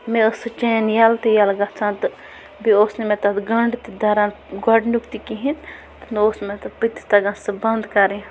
مےٚ ٲس سُہ چین ییٚلہٕ تہِ ییٚلہٕ گژھان تہٕ بیٚیہِ اوس نہٕ مےٚ تَتھ گَنٛڈ تہِ دَران گۄڈٕنیُک تہِ کِہیٖنۍ نَہ اوس مےٚ تَتھ پٔتِس تَگان سُہ بَنٛد کَرٕنۍ